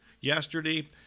yesterday